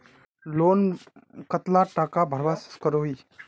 Loan कतला टाका भरवा करोही?